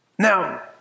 Now